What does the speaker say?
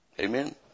Amen